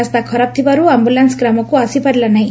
ରାସ୍ତା ଖରାପ ଥିବାରୁ ଆମ୍ଭୁଲାନ୍ୱ ଗ୍ରାମକୁ ଆସିପାରିଲା ନାହି